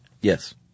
Yes